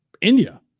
India